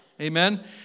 Amen